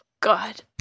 God